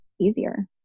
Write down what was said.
easier